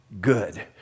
good